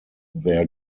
their